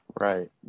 Right